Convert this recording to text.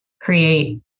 create